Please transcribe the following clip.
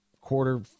quarter